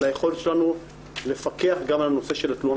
על היכולת שלנו לפקח גם על הנושא של התלונה